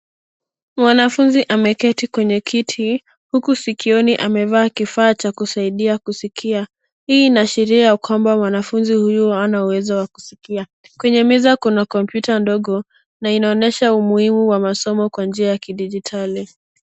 Mwanafunzi ameketi kwenye kiti huku sikioni amevaa kifaa cha kusaidia kusikia. Hii inaashiria kwamba mwanafunzi huyu hana uwezo wa kusikia. Kwenye meza kuna kompyuta ndogo na inaonyesha umuhimu wa masomo kwa njia ya kidijitali.